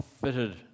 fitted